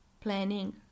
planning